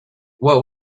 what